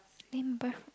limber